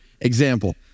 example